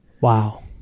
Wow